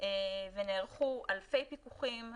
ונערכו אלפי פיקוחים,